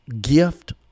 gift